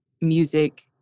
music